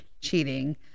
cheating